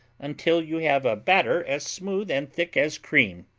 until you have a batter as smooth and thick as cream.